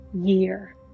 year